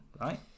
right